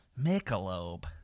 Michelob